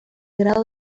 grado